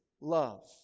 love